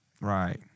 Right